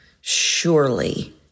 surely